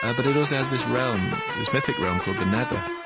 ah but it also has this realm, this mythic realm, called the nether.